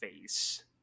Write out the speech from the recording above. face